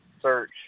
search